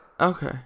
Okay